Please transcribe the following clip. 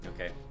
Okay